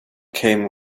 came